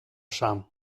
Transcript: scham